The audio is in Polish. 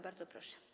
Bardzo proszę.